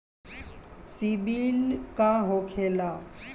सीबील का होखेला?